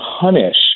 punish